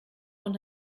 von